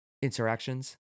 Interactions